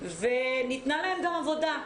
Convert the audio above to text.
וניתנה להם גם עבודה,